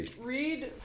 Read